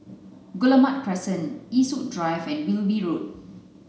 Guillemard Crescent Eastwood Drive and Wilby Road